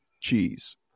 cheese